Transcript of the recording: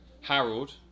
Harold